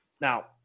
now